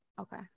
okay